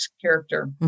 character